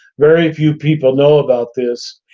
very few people know about this.